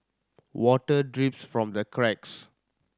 water drips from the cracks